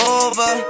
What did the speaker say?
over